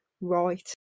right